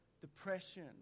depression